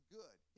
good